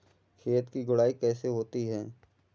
खेत की गुड़ाई कैसे होती हैं?